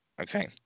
Okay